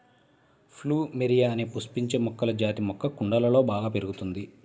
plumeria అనే పుష్పించే మొక్కల జాతి మొక్క కుండలలో బాగా పెరుగుతుంది